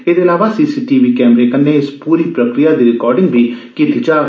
एह्दे अलावा सीसीटीवी कैमरें कन्नै इस पूरी प्रक्रिया दी रिकार्डिंग बी कीती जाग